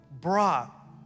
brought